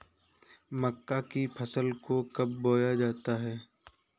मक्का की फसल को कब बोया जाता है?